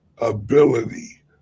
ability